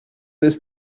ist